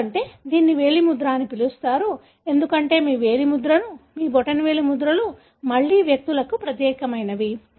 అందుకే దీనిని వేలిముద్ర అని పిలుస్తారు ఎందుకంటే మీ వేలిముద్రలు మీ బొటనవేలి ముద్రలు మళ్ళీ వ్యక్తులకు ప్రత్యేకమైనవి